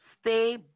Stay